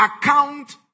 account